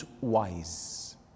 wise